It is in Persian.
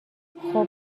خوب